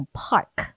park